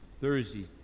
Thursday